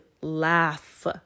laugh